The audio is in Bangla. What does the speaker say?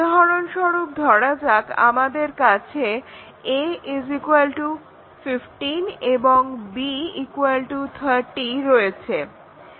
উদাহরণস্বরূপ ধরা যাক আমাদের কাছে a 15 এবং b 30 রয়েছে